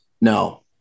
No